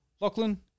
Lachlan